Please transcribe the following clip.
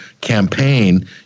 campaign